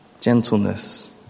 Gentleness